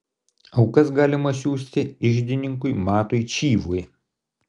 aukas galima siųsti iždininkui matui čyvui